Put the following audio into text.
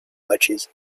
matches